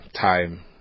time